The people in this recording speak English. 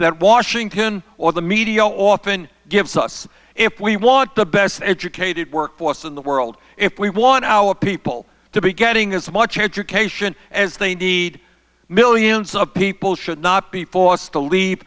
that washington or the media often gives us if we want the best educated workforce in the world if we want our people to be getting as much education as they need millions of people should not be forced to leave